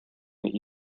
get